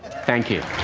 thank you.